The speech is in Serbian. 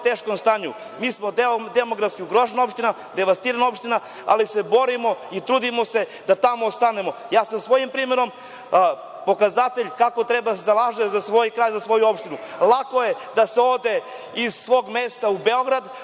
teškom stanju. Mi smo demografski ugrožena opština, devastirana opština, ali se borimo i trudimo se da tamo ostanemo. Ja sam svojim primerom pokazatelj kako treba da se zalaže za svoj kraj i svoju opštinu. Lako je da se ode iz svog mesta u Beograd,